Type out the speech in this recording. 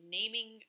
naming